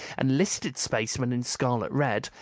enlisted spacemen in scarlet red,